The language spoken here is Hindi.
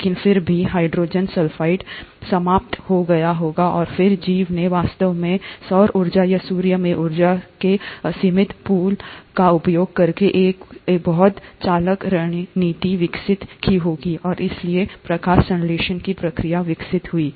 लेकिन फिर भी हाइड्रोजन सल्फाइड समाप्त हो गया होगा और फिर जीव ने वास्तव में सौर ऊर्जा या सूर्य से ऊर्जा के असीमित पूल का उपयोग करने की एक बहुत चालाक रणनीति विकसित की होगी और इसलिए प्रकाश संश्लेषण की प्रक्रिया विकसित हुई